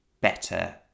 better